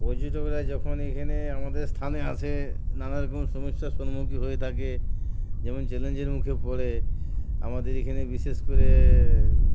পর্যটকরা যখন এখানে আমাদের স্থানে আসে নানারকম সমস্যার সম্মুখীন হয়ে থাকে যেমন চ্যালেঞ্জের মুখে পড়ে আমাদের এখানে বিশেষ করে